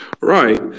Right